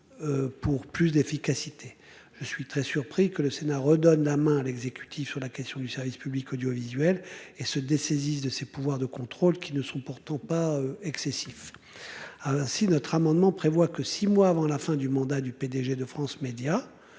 Pour plus d'efficacité. Je suis très surpris que le Sénat redonne la main à l'exécutif sur la question du service public audiovisuel et se dessaisissent de ses pouvoirs de contrôle qui ne sont pourtant pas excessif. Ah. Ainsi notre amendement prévoit que 6 mois avant la fin du mandat du PDG de France Médias.